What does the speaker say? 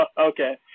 Okay